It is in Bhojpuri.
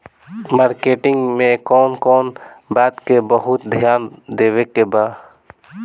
मार्केटिंग मे कौन कौन बात के बहुत ध्यान देवे के बा?